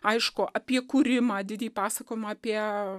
aišku apie kūrimą didį pasakojimą apie